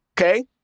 okay